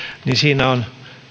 on